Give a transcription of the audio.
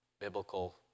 biblical